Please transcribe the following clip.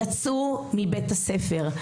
הם יצאו מבית הספר.